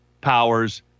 powers